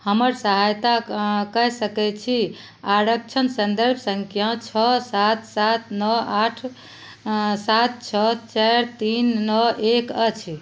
हमर सहायता कय सकैत छी आरक्षण सन्दर्भ संख्या छओ सात सात नओ आठ सात छओ चारि तीन नओ एक अछि